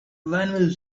will